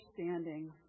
understanding